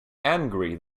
angry